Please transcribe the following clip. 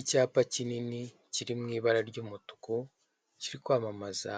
Icyapa kinini kiri mu ibara ry'umutuku kiri kwamamaza